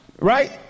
Right